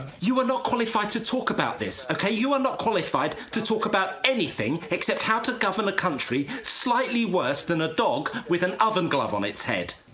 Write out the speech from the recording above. you are not qualified to talk about this, okay? you are not qualified to talk about anything except how to cover the country slightly larger than a dog with an oven glove on its head.